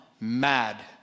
mad